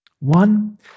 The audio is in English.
One